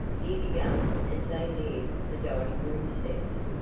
he began as they neared the dining room steps,